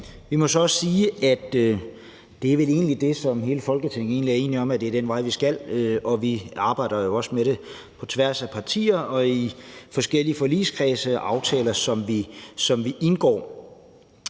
vi må så også sige, at det vel egentlig er det, som hele Folketinget er enige om, altså at det er den vej, vi skal, og vi arbejder jo også med det på tværs af partierne og i forskellige forligskredse, hvor vi indgår